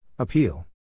Appeal